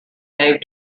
gave